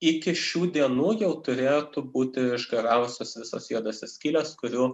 iki šių dienų jau turėtų būti išgaravusios visos juodosios skylės kurių